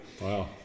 Wow